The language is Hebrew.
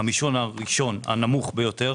בחמישון הראשון, הנמוך ביותר,